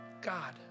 God